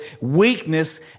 weakness